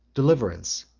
deliverance,